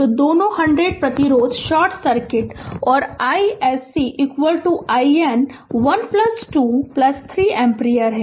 तो दोनों 100 प्रतिरोध शॉर्ट सर्किट और iSC IN 12 3 एम्पीयर हैं